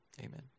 Amen